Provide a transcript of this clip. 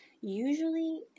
usually